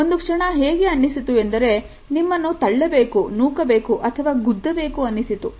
ಒಂದು ಕ್ಷಣ ಹೇಗೆ ಅನ್ನಿಸಿತು ಎಂದರೆ ನಿಮ್ಮನ್ನು ತಳ್ಳಬೇಕು ನೂಕಬೇಕು ಅಥವಾ ಗುದ್ದ ಬೇಕೆಂದು ಅನಿಸಿತು